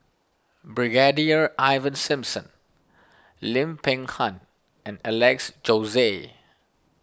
Brigadier Ivan Simson Lim Peng Han and Alex Josey